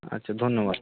আচ্ছা ধন্যবাদ